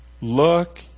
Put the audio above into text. Look